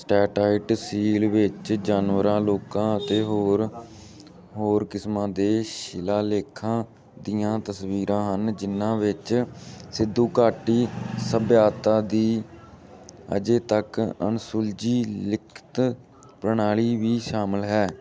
steatite seal ਵਿੱਚ ਜਾਨਵਰਾਂ ਲੋਕਾਂ ਅਤੇ ਹੋਰ ਹੋਰ ਕਿਸਮਾਂ ਦੇ ਸ਼ਿਲਾ ਲੇਖਾਂ ਦੀਆਂ ਤਸਵੀਰਾਂ ਹਨ ਜਿਨ੍ਹਾਂ ਵਿੱਚ ਸਿਧੂ ਘਾਟੀ ਸੱਭਿਅਤਾ ਦੀ ਅਜੇ ਤੱਕ ਅਣਸੁਲਝੀ ਲਿਖਤ ਪ੍ਰਣਾਲੀ ਵੀ ਸ਼ਾਮਲ ਹੈ